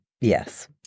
yes